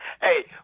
Hey